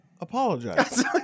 apologize